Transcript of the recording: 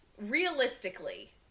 realistically